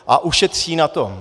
A ušetří na tom.